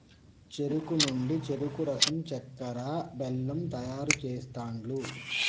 చెరుకు నుండి చెరుకు రసం చెక్కర, బెల్లం తయారు చేస్తాండ్లు